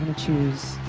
choose.